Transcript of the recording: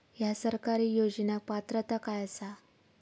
हया सरकारी योजनाक पात्रता काय आसा?